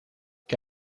que